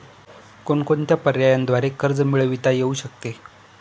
कोणकोणत्या पर्यायांद्वारे कर्ज मिळविता येऊ शकते?